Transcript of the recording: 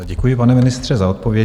Děkuji, pane ministře, za odpovědi.